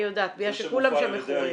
אני יודעת, בגלל שכולם שם מכורים.